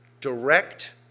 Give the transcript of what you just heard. direct